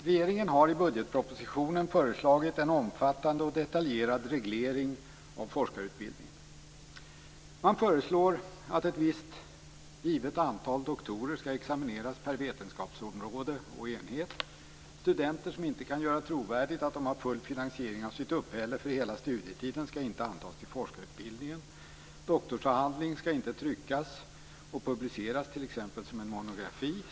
Regeringen har i budgetpropositionen föreslagit en omfattande och detaljerad reglering av forskarutbildningen. Man föreslår att ett visst givet antal doktorer skall examineras per vetenskapsområde och enhet. Studenter som inte kan göra trovärdigt att de har full finansiering av sitt uppehälle för hela studietiden skall inte antas till forskarutbildningen. Doktorsavhandling skall inte tryckas och publiceras t.ex. som en monografi.